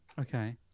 okay